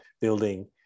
building